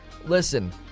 Listen